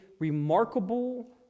remarkable